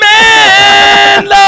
man